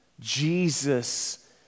Jesus